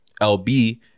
LB